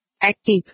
Active